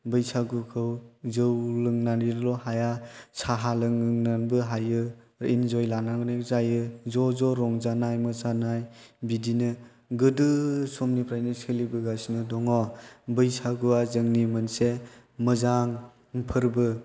बैसागुखौ जौ लोंनानैल' हाया साहा लोंनानैबो हायो इन्जइ लानांनाय जायो ज' ज' रंजानाय मोसानाय बिब्दिनो गोदो समनिफ्रायनो सोलिबोगासिनो दङ बैसागुआ जोंनि मोनसे मोजां फोरबो